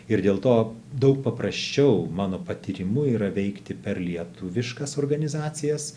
ir dėl to daug paprasčiau mano patyrimu yra veikti per lietuviškas organizacijas